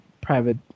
private